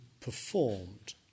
performed